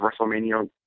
WrestleMania